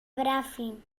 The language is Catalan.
bràfim